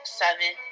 seven